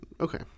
Okay